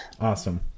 awesome